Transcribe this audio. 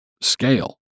scale